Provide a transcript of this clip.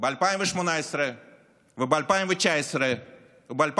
באשר לשאלות ששאלה חברת הכנסת מיכאלי.